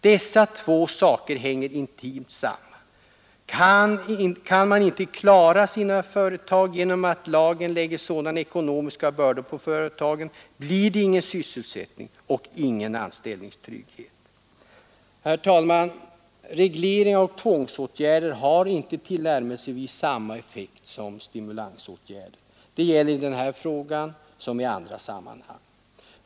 Dessa två saker hänger intimt samman. Kan man inte klara företagen genom att lagen lägger sådana ekonomiska bördor på dem, då blir det ingen sysselsättning och ingen anställningstrygghet. Herr talman! Regleringar och tvångsåtgärder har inte tillnärmelsevis samma effekt som stimulansåtgärder — det gäller i denna fråga som i andra sammanhang.